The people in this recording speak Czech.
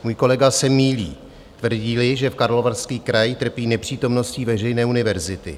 Můj kolega se mýlí, tvrdíli, že Karlovarský kraj trpí nepřítomností veřejné univerzity.